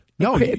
No